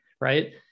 right